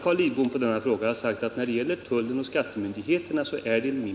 Herr talman!